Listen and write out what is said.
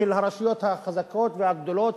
של הרשויות החזקות והגדולות,